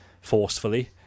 forcefully